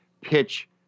pitch